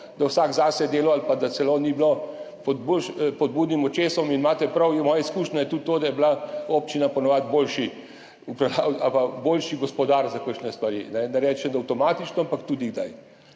je vsak zase delal ali pa da celo ni bilo pod budnim očesom. Imate prav, moja izkušnja je tudi to, da je bila občina po navadi boljši gospodar za kakšne stvari, ne rečem, da avtomatično, ampak tudi kdaj.